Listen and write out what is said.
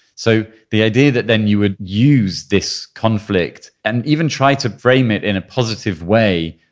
so the idea that then you would use this conflict and even try to frame it in a positive way,